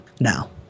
now